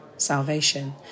salvation